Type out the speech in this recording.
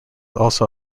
also